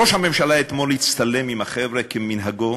ראש הממשלה הצטלם אתמול עם החבר'ה, כמנהגו.